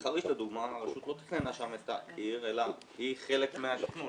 בחריש לדוגמה הרשות לא תכננה שם את העיר אלא היא חלק מהתכנון,